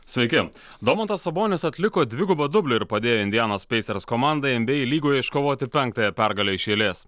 sveiki domantas sabonis atliko dvigubą dublį ir padėjo indianos pacers komandai nba lygoje iškovoti penktąją pergalę iš eilės